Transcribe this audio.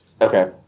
okay